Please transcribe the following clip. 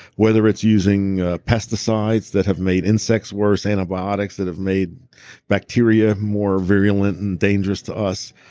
whether it's using a pesticides that have made insects worse, antibiotics that have made bacteria more virulent and dangerous to us,